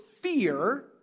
fear